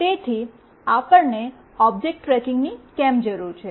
તેથી આપણને ઓબ્જેક્ટ ટ્રેકિંગની કેમ જરૂર છે